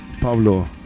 Pablo